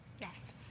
Yes